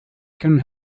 can